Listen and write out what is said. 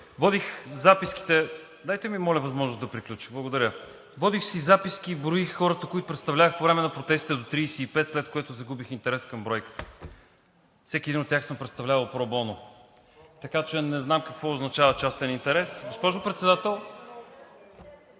от ИТН), дайте ми моля възможност да приключа. Благодаря. Водих си записки, броих хората, които представлявах по време на протеста до 35, след което загубих интерес към бройката. Всеки един от тях съм представлявал pro bono, така че не знам какво означава частен интерес. Госпожо Председател…